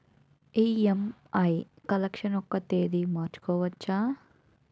EMI collection ఒక తేదీ మార్చుకోవచ్చా?